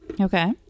Okay